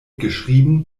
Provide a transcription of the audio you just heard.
geschrieben